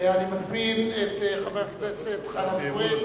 אני מזמין את חבר הכנסת חנא סוייד